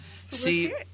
See